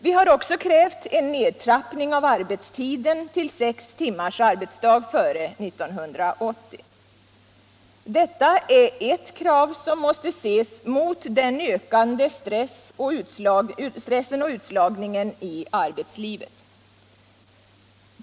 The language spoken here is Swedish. Vi har också krävt en nedtrappning av arbetstiden till sex timmars — Nr 24 arbetsdag före 1980. Detia är eti krav som måste ses mot en ökande Onsdagen den stress och utslagning i arbetslivet.